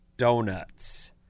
Donuts